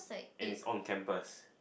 and it's on campus